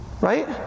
right